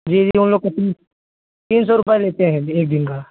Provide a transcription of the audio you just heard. जी जी उन लोग की फीस तीन सौ रुपये लेते हैं एक दिन का